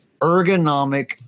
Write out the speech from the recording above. ergonomic